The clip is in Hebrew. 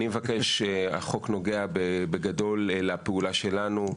החוק, בגדול, נוגע לפעולה שלנו.